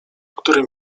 którym